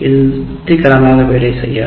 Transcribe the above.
இது திருப்திகரமாக வேலை செய்யாது